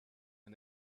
and